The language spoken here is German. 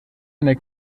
einer